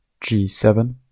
G7